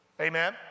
Amen